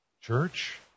Church